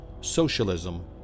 socialism